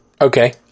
Okay